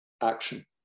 action